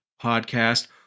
podcast